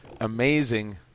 amazing